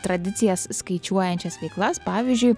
tradicijas skaičiuojančias veiklas pavyzdžiui